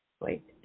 Wait